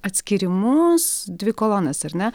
atskyrimus dvi kolonas ar ne